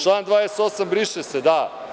Član 28. briše se, da.